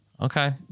Okay